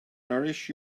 nourish